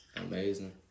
Amazing